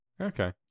Okay